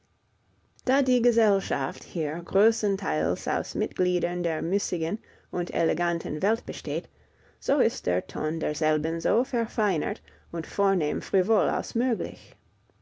da die gesellschaft hier größtenteils aus mitgliedern der müßigen und eleganten welt besteht so ist der ton derselben so verfeinert und vornehm frivol als möglich